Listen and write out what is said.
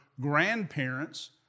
grandparents